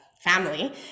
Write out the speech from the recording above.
family